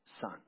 son